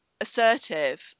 assertive